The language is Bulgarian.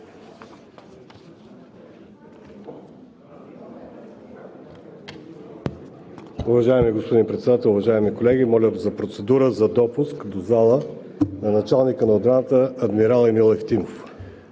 Уважаеми господин Председател, уважаеми колеги! Моля за процедура за допуск в залата на началника на отбраната адмирал Емил Ефтимов.